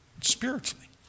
spiritually